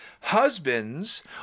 husbands